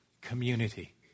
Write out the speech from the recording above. community